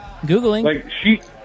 Googling